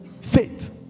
faith